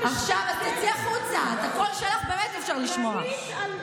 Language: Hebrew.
אי-אפשר לשמוע אותך.